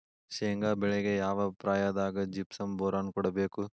ಶೇಂಗಾ ಬೆಳೆಗೆ ಯಾವ ಪ್ರಾಯದಾಗ ಜಿಪ್ಸಂ ಬೋರಾನ್ ಕೊಡಬೇಕು?